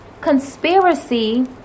conspiracy